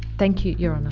thank you, your honour.